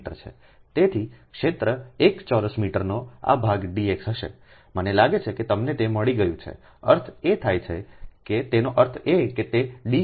તેથી ક્ષેત્ર 1 ચોરસ મીટરનો આ ભાગ dx હશે મને લાગે છે કે તમને તે મળી ગયું છેઅર્થ એ થાય કેતેનો અર્થ એ કે તેdφxBx